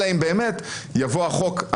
אלא אם באמת יבוא החוק,